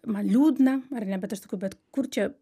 man liūdna ar ne bet aš sakau bet kur čia